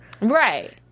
Right